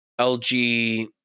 lg